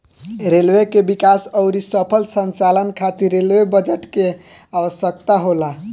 railway के विकास अउरी सफल संचालन खातिर रेलवे बजट के आवसकता होला